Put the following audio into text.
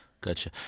Gotcha